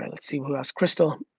and see what else, crystal,